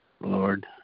Lord